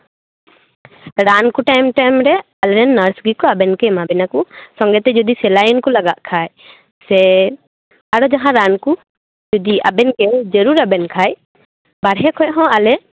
ᱨᱟᱱ ᱠᱚ time time ᱟᱞᱮᱨᱮᱱ nurse ᱜᱮᱠᱚ ᱟᱵᱮᱱ ᱠᱚ ᱮᱢᱟᱵᱮᱱᱟ ᱠᱚ ᱥᱚᱝᱜᱮ ᱛᱮ ᱡᱩᱫᱤ ᱥᱮᱞᱟᱭᱤᱱ ᱠᱚ ᱞᱟᱜᱟᱜ ᱠᱷᱟᱡ ᱥᱮ ᱟᱨᱚ ᱡᱟᱦᱟᱱ ᱨᱟᱱ ᱠᱩ ᱡᱩᱫᱤ ᱟᱵᱮᱱ ᱡᱟᱨᱩᱲ ᱟᱵᱮᱱ ᱠᱷᱟᱡ ᱵᱟᱨᱦᱮ ᱠᱷᱚᱡ ᱦᱚᱸ ᱟᱞᱮ